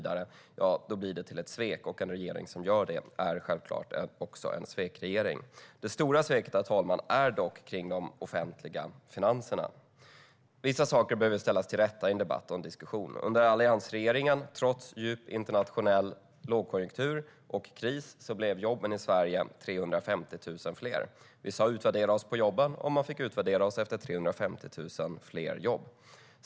Då är det ett svek, och en regering som sviker är självklart också en svekregering. Det stora sveket, herr talman, är dock kring de offentliga finanserna. Vissa saker behöver ställas till rätta i en debatt och en diskussion. Under alliansregeringen blev jobben i Sverige, trots djup internationell lågkonjunktur och kris, 350 000 fler. Vi sa: Utvärdera oss på jobben! Och man fick utvärdera oss efter 350 000 fler jobb.